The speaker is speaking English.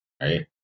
Right